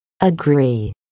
Agree